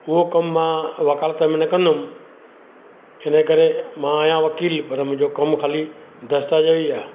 उहो कमु मां वकालत में न कंदुमि इने करे मां आहियां वकील पर मुंहिंजो कमु ख़ालीली दस्तावेज जो ई आहे